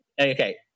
okay